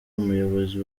umuyobozi